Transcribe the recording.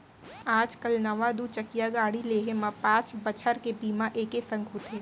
आज काल नवा दू चकिया गाड़ी लेहे म पॉंच बछर के बीमा एके संग होथे